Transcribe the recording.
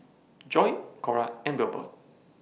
Joi Cora and Wilbur